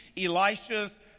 Elisha's